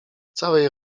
całej